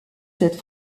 cette